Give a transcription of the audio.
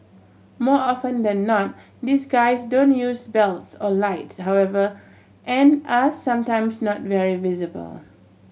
more often than not these guys don't use bells or lights however and are sometimes not very visible